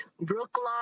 Brookline